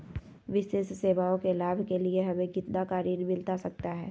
विशेष सेवाओं के लाभ के लिए हमें कितना का ऋण मिलता सकता है?